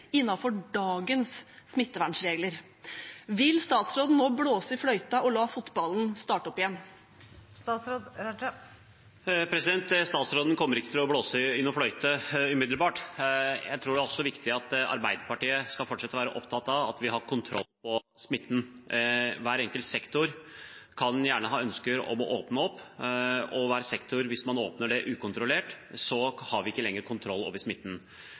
dagens smittevernregler. Vil statsråden nå blåse i fløyta og la fotballen starte opp igjen? Statsråden kommer ikke til å blåse i noen fløyte umiddelbart. Jeg tror også det er viktig at Arbeiderpartiet skal fortsette med å være opptatt av at vi har kontroll på smitten. Hver enkelt sektor kan ha ønsker om å åpne opp, og hvis man åpner opp dette ukontrollert, har vi ikke lenger kontroll over smitten.